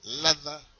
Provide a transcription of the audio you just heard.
leather